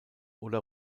oder